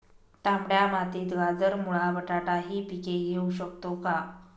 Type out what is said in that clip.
तांबड्या मातीत गाजर, मुळा, बटाटा हि पिके घेऊ शकतो का?